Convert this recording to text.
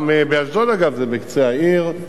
גם באשדוד, אגב, זה בקצה העיר.